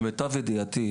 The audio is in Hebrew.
למיטב ידיעתי,